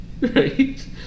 Right